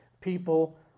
people